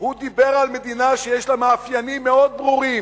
הוא דיבר על מדינה שיש לה מאפיינים מאוד ברורים.